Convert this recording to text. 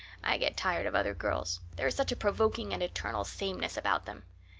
i get tired of other girls there is such a provoking and eternal sameness about them.